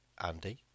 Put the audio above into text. Andy